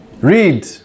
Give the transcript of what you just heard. read